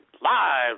live